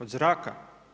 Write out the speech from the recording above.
Od zraka?